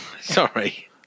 Sorry